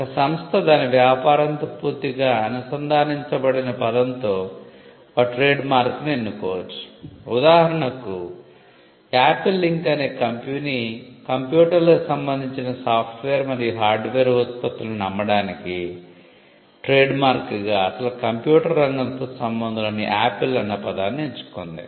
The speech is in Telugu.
ఒక సంస్థ దాని వ్యాపారంతో పూర్తిగా అనుసంధానించబడని పదంతో ఒక ట్రేడ్మార్క్ను ఎంచుకోవచ్చు ఉదాహరణకు ఆపిల్ ఇంక్ అనే కంపెనీ కంప్యూటర్లకు సంబంధించిన సాఫ్ట్ వేర్ మరియు హార్డ్ వేర్ ఉత్పత్తులను అమ్మడానికి ట్రేడ్మార్క్ గా అసలు కంప్యూటర్ రంగంతో సంబంధం లేని 'ఆపిల్' అన్న పదాన్ని ఎంచుకుంది